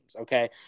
Okay